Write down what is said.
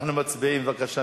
אנחנו מצביעים, בבקשה.